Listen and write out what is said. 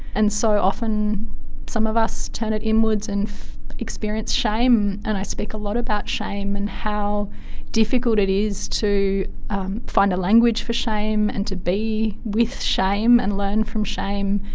and so often some of us turn it inwards and experience shame, and i speak a lot about shame and how difficult it is to find a language for shame and to be with shame and learn from shame,